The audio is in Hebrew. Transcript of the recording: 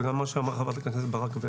וגם מה שאמרה חברת הכנסת ברק,